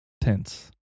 tense